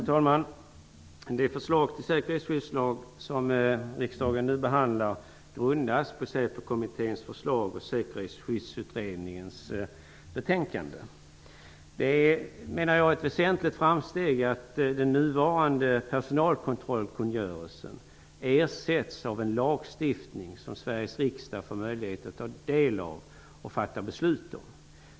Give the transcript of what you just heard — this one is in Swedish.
Fru talman! Det förslag till säkerhetsskyddslag som riksdagen nu behandlar grundas på Säpokommitténs förslag och Säkerhetsskyddsutredningens betänkande. Jag menar att det är ett väsentligt framsteg att den nuvarande personalkontrollkungörelsen ersätts av en lagstiftning som Sveriges riksdag får möjlighet att ta del av och fatta beslut om.